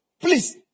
Please